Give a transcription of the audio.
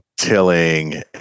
tilling